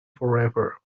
forever